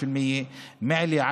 12%; מעיליא,